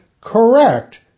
correct